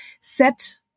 set